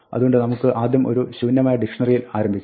അതുകൊണ്ട് നമുക്ക് ആദ്യം ഒരു ശൂന്യമായ ഡിക്ഷ്ണറിയിൽ ആരംഭിക്കാം